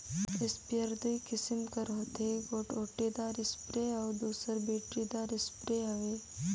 sprayer दूई किसिम कर होथे एगोट ओटेदार इस्परे अउ दूसर बेटरीदार इस्परे हवे